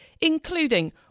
including